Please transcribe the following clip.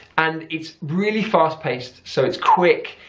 and it's really fast-paced so it's quick,